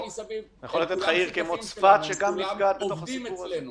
גם עיר כמו צפת שגם נתקעת בסיפור הזה היום.